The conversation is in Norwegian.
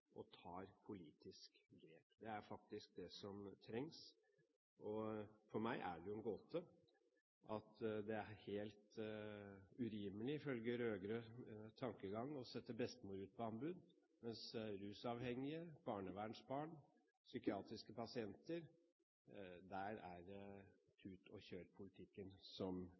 og tar politisk grep. Det er faktisk det som trengs. For meg er det en gåte at det er helt urimelig – ifølge rød-grønn tankegang – å sette bestemor ut på anbud, mens når det gjelder rusavhengige, barnevernsbarn, psykiatriske pasienter, er det tut-og-kjør-politikken som rår, og det med betydelig negative konsekvenser for dem som